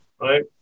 right